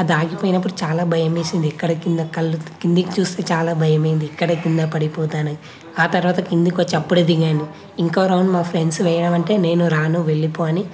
అది ఆగిపోయినప్పుడు చాలా భయమేసింది ఎక్కడ కింద కళ్ళు కిందకు చూస్తే చాలా భయమైంది ఎక్కడ కింద పడిపోతానో ఆ తర్వాత కిందకు వచ్చి అప్పుడే దిగాను ఇంకో రౌండ్ మా ఫ్రెండ్స్ వేయమంటే నేను రాను వెళ్ళిపో అని